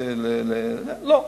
לא.